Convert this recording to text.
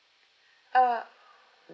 uh